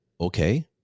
okay